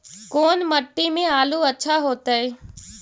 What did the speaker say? कोन मट्टी में आलु अच्छा होतै?